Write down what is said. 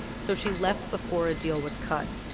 so she left before a deal was cut.